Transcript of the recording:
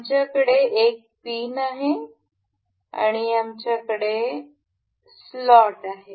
आमच्याकडे एक पिन आहे आणि आमच्याकडे स्लॉट आहे